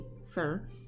sir